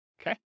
Okay